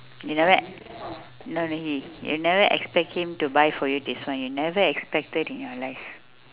you never e~ no no he you never expect him to buy for you this one you never expected in your life